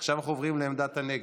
עכשיו אנחנו עוברים לעמדת הנגד,